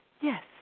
Yes